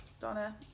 Donna